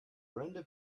brenda